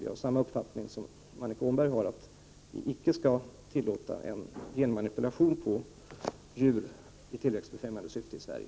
Vi har samma uppfattning som Annika Åhnberg, att man icke skall tillåta genmanipulation på djur i tillväxtbefrämjande syfte i Sverige.